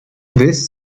this